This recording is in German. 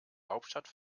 hauptstadt